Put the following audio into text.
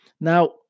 Now